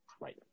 right